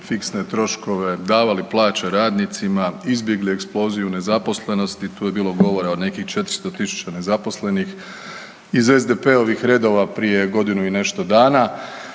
fiksne troškove, davali plaće radnicima, izbjegli eksploziju nezaposlenosti, tu je bilo govora o nekih 400 tisuća nezaposlenih. Iz SDP-ovih redova prije godinu i nešto dana